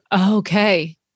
Okay